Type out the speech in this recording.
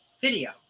video